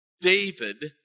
David